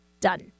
done